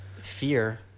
fear